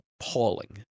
appalling